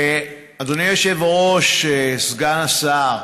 אדוני היושב-ראש, סגן השר,